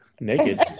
Naked